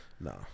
No